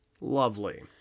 Lovely